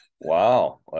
Wow